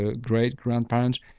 great-grandparents